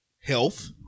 health